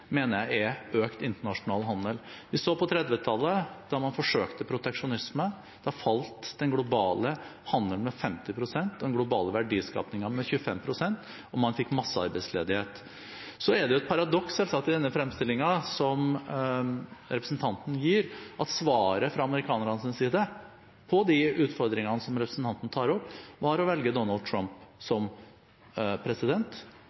mener jeg er økt internasjonal handel. Da man forsøkte proteksjonisme på 1930-tallet, så man at den globale handelen falt med 50 pst. og den globale verdiskapingen med 25 pst., og man fikk massearbeidsledighet. Det er selvsagt et paradoks i denne fremstillingen som representanten gir, at svaret fra amerikanernes side på de utfordringene som representanten tar opp, var å velge Donald Trump som president